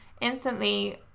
instantly